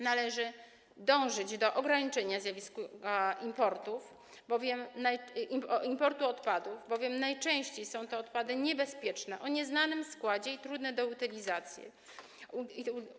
Należy dążyć do ograniczenia zjawiska importu odpadów, bowiem najczęściej są to odpady niebezpieczne, o nieznanym składzie i trudne do utylizacji.